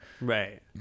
right